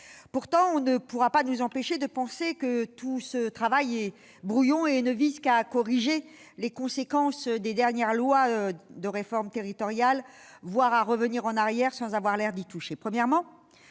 Pourtant, on ne pourra pas nous empêcher de penser que tout ce travail est brouillon et ne vise qu'à corriger les conséquences des dernières lois de réformes territoriales, voire à revenir en arrière sans avoir l'air d'y toucher.